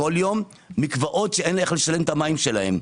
כל יום מקוואות שאין איך לשלם את המים שלהם,